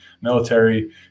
military